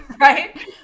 right